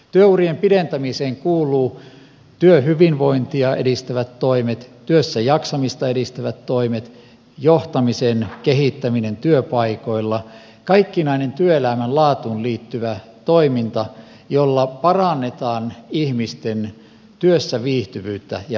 työurien pidentämiseen kuuluvat työhyvinvointia edistävät toimet työssäjaksamista edistävät toimet johtamisen kehittäminen työpaikoilla kaikkinainen työelämän laatuun liittyvä toiminta jolla parannetaan ihmisten työssäviihtyvyyttä ja motivaatiota